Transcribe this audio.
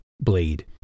blade